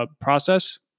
process